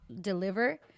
deliver